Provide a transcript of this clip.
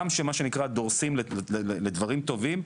גם כשדורסים לדברים טובים,